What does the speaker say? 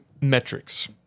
metrics